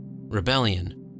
rebellion